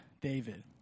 David